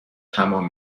تمام